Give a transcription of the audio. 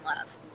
love